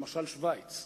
למשל שווייץ,